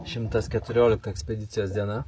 šimtas keturiolika ekspedicijos diena